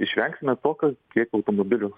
išvengsime tokio kiekio automobilių